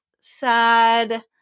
sad